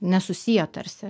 nesusiję tarsi